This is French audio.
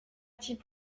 petits